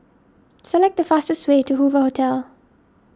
select the fastest way to Hoover Hotel